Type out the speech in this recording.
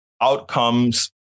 outcomes